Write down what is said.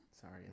sorry